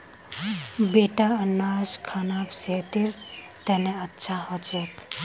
बेटा अनन्नास खाना सेहतेर तने अच्छा हो छेक